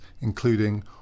including